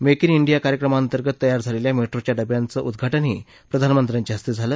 make in India कार्यक्रमा अंतर्गत तयार झालेल्या मेट्रोच्या डब्याचं उद्वाटनही प्रधानमंत्र्यांच्या हस्ते झालं